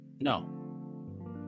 no